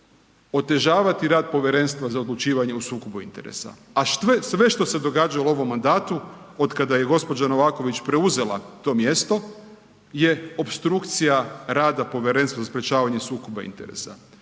otežavati rada Povjerenstva za odlučivanje o sukobu interesa. A sve što se događalo u ovom mandatu od kada je gospođa Novaković preuzela to mjesto je opstrukcija rada Povjerenstva za sprječavanje sukoba interesa.